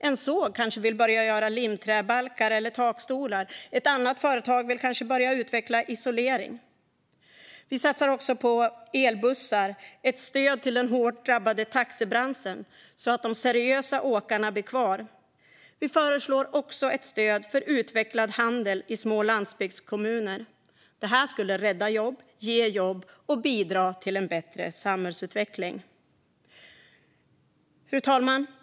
En såg kanske vill börja göra limträbalkar eller takstolar, och ett annat företag kanske vill börja utveckla isolering. Vi satsar på fler elbussar och ett stöd till den hårt drabbade taxibranschen så att de seriösa åkarna blir kvar. Vi föreslår också ett stöd för utvecklad handel i små landsbygdskommuner. Det här skulle rädda jobb, ge jobb och bidra till en bättre samhällsutveckling. Fru talman!